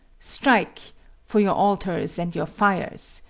strike for your altars and your fires,